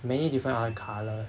many different other colours